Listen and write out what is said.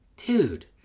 Dude